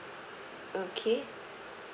okay